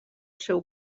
seu